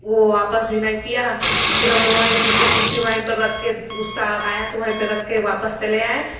वो वापस भी नहीं किया फिर हम लोग वही टूटी कुर्सी वहीं पे रखके गुस्सा आया तो वहीं पे रखके वापस चले आये